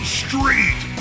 street